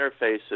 interfaces